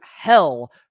hell